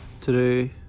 Today